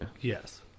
Yes